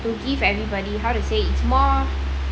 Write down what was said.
to give everybody how to say it's more